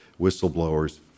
whistleblowers